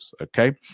okay